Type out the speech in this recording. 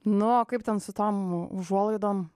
nu kaip o ten su tom užuolaidom